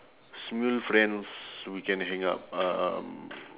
smule friends so we can hang out um